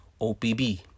opb